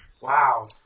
Wow